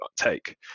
take